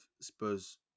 Spurs